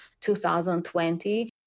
2020